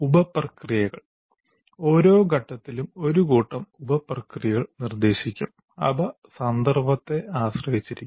ഉപ പ്രക്രിയകൾ ഓരോ ഘട്ടത്തിലും ഒരു കൂട്ടം ഉപ പ്രക്രിയകൾ നിർദ്ദേശിക്കും അവ സന്ദർഭത്തെ ആശ്രയിച്ചിരിക്കും